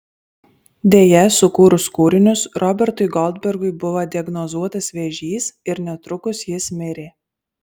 deja sukūrus kūrinius robertui goldbergui buvo diagnozuotas vėžys ir netrukus jis mirė